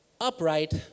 upright